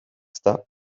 ezta